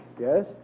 Yes